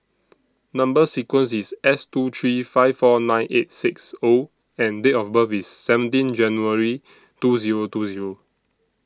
Number sequence IS S two three five four nine eight six O and Date of birth IS seventeen January two Zero two Zero